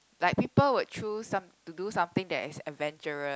like people will choose some to do something that is adventurous